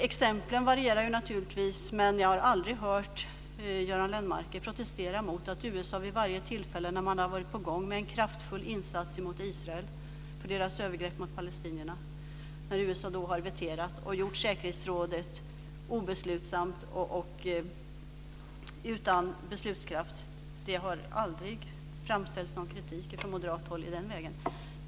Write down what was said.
Exemplen varierar naturligtvis, men jag har aldrig hört Göran Lennmarker protestera mot att USA har lagt in sitt veto vid varje tillfälle när man har varit på gång med en kraftfull insats mot Israel för Israels övergrepp mot palestinierna och därmed gjort säkerhetsrådet obeslutsamt och utan beslutskraft. Det har aldrig framställts någon kritik från moderat håll i den vägen.